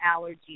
allergies